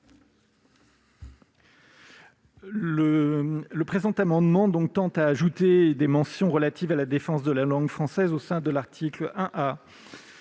? L'amendement tend à inscrire des mentions relatives à la défense de la langue française au sein de l'article 1